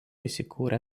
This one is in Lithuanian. įsikūrę